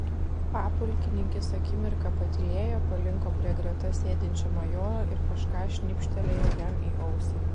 papulkininkis akimirką patylėjo palinko prie greta sėdinčio majoro ir kažką šnibžtelėjo jam į ausį